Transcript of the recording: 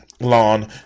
Lawn